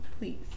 please